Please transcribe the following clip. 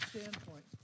standpoint